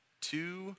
Two